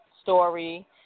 story